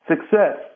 success